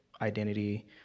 identity